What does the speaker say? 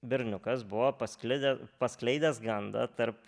berniukas buvo pasklidę paskleidęs gandą tarp